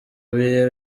bihe